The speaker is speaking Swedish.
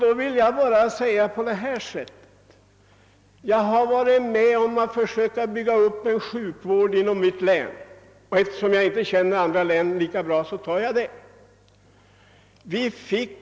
Jag vill bara tala om att jag har varit med om att försöka bygga upp en sjukvård inom mitt län; eftersom jag inte känner andra län lika bra tar jag det som exempel.